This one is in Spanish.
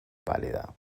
pálida